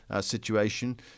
situation